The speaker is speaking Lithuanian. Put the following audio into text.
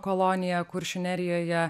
kolonija kuršių nerijoje